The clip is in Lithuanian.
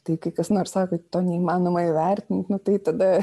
tai kai kas nors sako to neįmanoma įvertinti tai tada